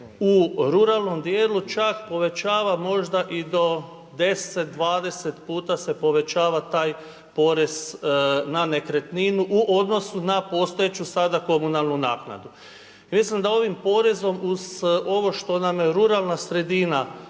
u ruralnom dijelu čak povećava možda i do 10, 20 puta se povećava taj porez na nekretninu u odnosu na postojeću sada komunalnu naknadu. Mislim da ovim porezom uz ovo što nam ruralna sredina